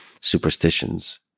superstitions